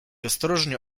ostrożnie